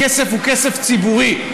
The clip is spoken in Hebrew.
הכסף הוא כסף ציבורי.